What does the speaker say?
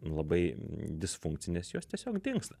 labai disfunkcinės jos tiesiog dingsta